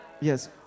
Yes